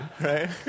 Right